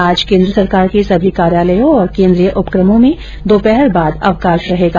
आज केन्द्र सरकार के सभी कार्यालयों और केन्द्रीय उपकमों में दोपहर बाद अवकाश रहेगा